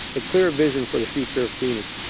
a clearer vision for the future of phoenix.